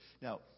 Now